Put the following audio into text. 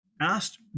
asked